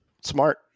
smart